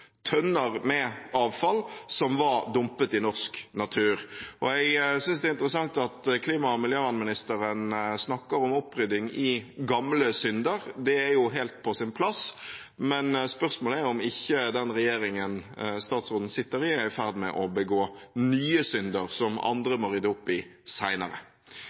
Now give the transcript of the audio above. tønner med avfall som var dumpet i norsk natur. Jeg synes det er interessant at klima- og miljøministeren snakker om opprydding i gamle synder. Det er helt på sin plass, men spørsmålet er om ikke denne regjeringen statsråden sitter i, er i ferd med å begå nye synder, som andre må rydde opp i